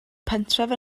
pentref